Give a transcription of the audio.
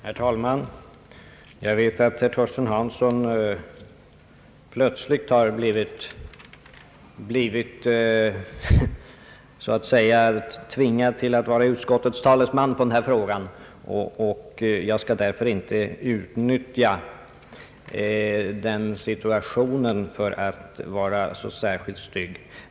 Herr talman! Jag vet att herr Hansson plötsligt har blivit så att säga tvingad till att vara utskottets talesman i den här frågan. Jag skall inte utnyttja den situationen för att vara så särskilt stygg.